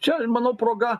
čia manau proga